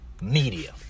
media